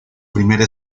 primera